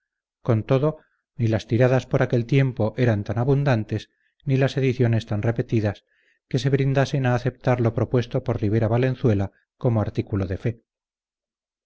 con todo ni las tiradas por aquel tiempo eran tan abundantes ni las ediciones tan repetidas que se brindasen a aceptar lo propuesto por rivera valenzuela como artículo de fe